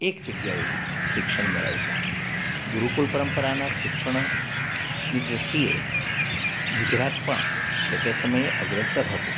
એક જગ્યાએ શિક્ષણ મેળવતા ગુરુકુળ પરંપરાનાં શિક્ષણની દૃષ્ટિએ ગુજરાત પણ જે તે સમયે અગ્રેસર હતું